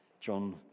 John